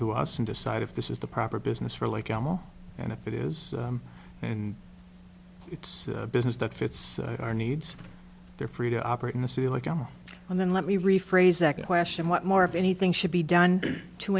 to us and decide if this is the proper business for like animal and if it is and it's a business that fits our needs they're free to operate in the city like oh well then let me rephrase that question what more if anything should be done to